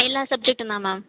எல்லா சப்ஜெக்ட்டும் தான் மேம்